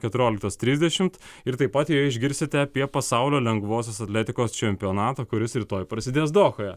keturioliktos trisdešimt ir taip pat joje išgirsite apie pasaulio lengvosios atletikos čempionatą kuris rytoj prasidės dohoje